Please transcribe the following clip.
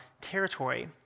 territory